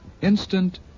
Instant